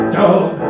dog